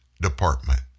Department